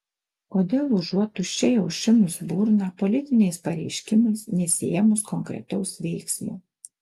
kodėl užuot tuščiai aušinus burną politiniais pareiškimais nesiėmus konkretaus veiksmo